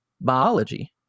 biology